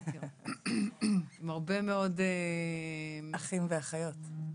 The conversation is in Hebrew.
עם הרבה מאוד אחים ואחיות.